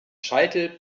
scheitel